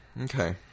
Okay